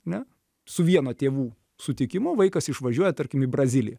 ne su vieno tėvų sutikimu vaikas išvažiuoja tarkim į braziliją